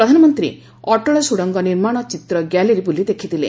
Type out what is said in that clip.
ପ୍ରଧାନମନ୍ତ୍ରୀ ଅଟଳ ସୁଡ଼ଙ୍ଗ ନିର୍ମାଣ ଚିତ୍ର ଗ୍ୟାଲେରି ବୁଲି ଦେଖିଥିଲେ